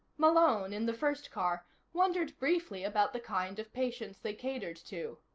malone, in the first car wondered briefly about the kind of patients they catered to.